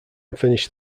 finished